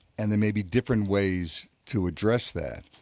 and there may be different ways to address that